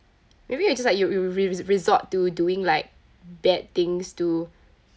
maybe it's just like you you re~ re~ resort to doing like bad things to